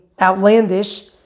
outlandish